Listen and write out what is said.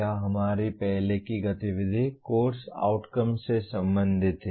यह हमारी पहले की गतिविधि कोर्स आउटकम्स से संबंधित है